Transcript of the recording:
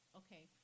okay